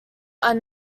are